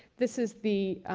this is the